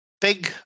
big